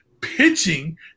pitching